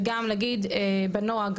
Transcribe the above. וגם להגיד בנוהג,